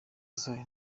zayo